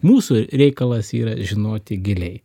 mūsų reikalas yra žinoti giliai